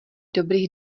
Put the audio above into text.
dobrých